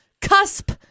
cusp